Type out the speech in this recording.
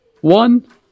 One